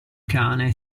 cane